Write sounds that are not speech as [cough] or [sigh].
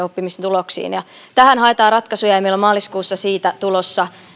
[unintelligible] oppimistuloksiin tähän haetaan ratkaisuja ja meillä on maaliskuussa siitä tulossa